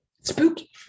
spooky